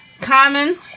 Common